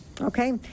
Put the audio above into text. Okay